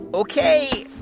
ok.